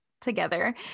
together